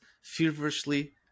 feverishly